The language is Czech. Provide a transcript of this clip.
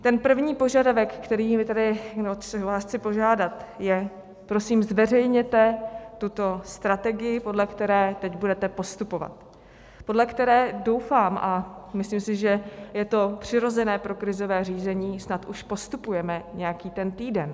Ten první požadavek, o který vás tady chci požádat, je, prosím, zveřejněte tuto strategii, podle které teď budete postupovat, podle které, doufám, a myslím si, že je to přirozené pro krizové řízení, snad už postupujeme nějaký ten týden.